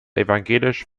evangelisch